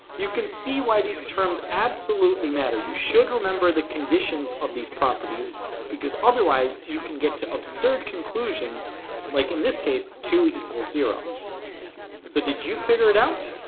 you can see why these terms absolutely matter you should remember the conditions of these properties because otherwise you can get to absurd conclusions like in this case two equals zero so did you figure it out?